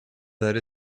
that